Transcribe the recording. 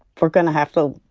we're going to have to,